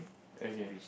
okay